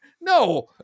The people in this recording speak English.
no